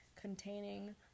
containing